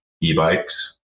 e-bikes